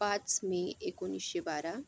पाच मे एकोणीसशे बारा